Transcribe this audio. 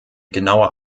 genauer